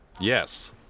Yes